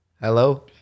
Hello